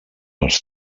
les